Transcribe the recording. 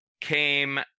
came